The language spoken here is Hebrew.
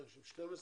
הישיבה ננעלה בשעה